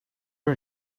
are